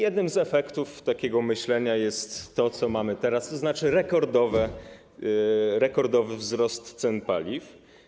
Jednym z efektów takiego myślenia jest to, co mamy teraz, tzn. rekordowy wzrost cen paliw.